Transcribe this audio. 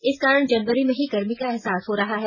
इस कारण जनवरी में ही गर्मी का एहसास हो रहा है